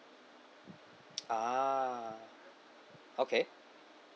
ah okay